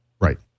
Right